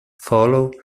follow